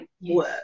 work